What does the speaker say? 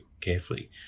carefully